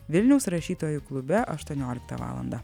vilniaus rašytojų klube aštuonioliktą valandą